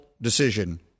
decision